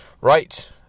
Right